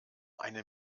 eine